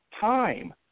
time